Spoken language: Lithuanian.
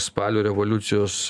spalio revoliucijos